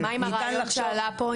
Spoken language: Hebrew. מה עם הרעיון שעלה פה,